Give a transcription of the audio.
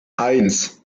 eins